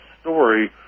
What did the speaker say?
story